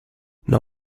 not